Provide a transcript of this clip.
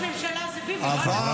אבל ראש הממשלה הוא ביבי, לא אנחנו.